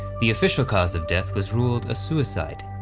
the official cause of death was ruled a suicide.